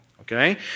okay